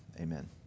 amen